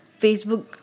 Facebook